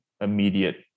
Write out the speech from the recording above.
immediate